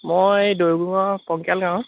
মই দৈপুঙৰ পংকিয়াল গাঁৱৰ